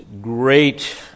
great